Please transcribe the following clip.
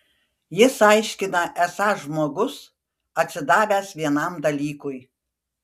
jis aiškina esąs žmogus atsidavęs vienam dalykui